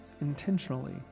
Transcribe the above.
intentionally